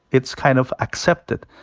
it's kind of accepted.